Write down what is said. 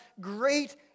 great